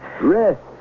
Rest